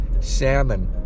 salmon